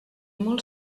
molt